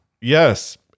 yes